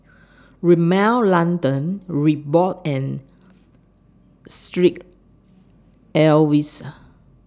Rimmel London Reebok and Street Ives